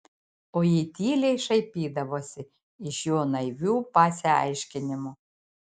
o ji tyliai šaipydavosi iš jo naivių pasiaiškinimų